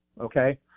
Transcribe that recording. Okay